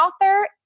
author